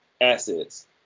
assets